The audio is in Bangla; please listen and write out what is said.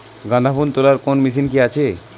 গাঁদাফুল তোলার কোন মেশিন কি আছে?